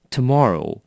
Tomorrow